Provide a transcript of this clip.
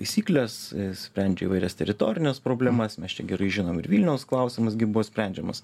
taisykles sprendžia įvairias teritorines problemas mes čia gerai žinom ir vilniaus klausimas gi buvo sprendžiamas